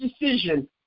decision